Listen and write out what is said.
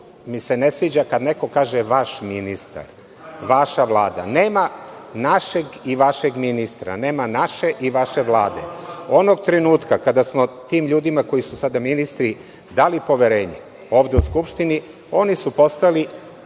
mi se ne sviđa kada neko kaže – vaš ministar, vaša Vlada. Nema našeg i vašeg ministra, nema naše i vaše Vlade. Onog trenutka kada smo tim ljudima koji su sada ministri dali poverenje ovde u Skupštini, oni su postali